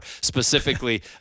specifically